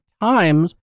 times